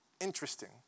interesting